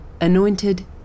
anointed